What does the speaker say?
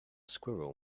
squirrel